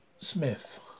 Smith